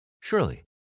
Surely